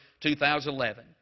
2011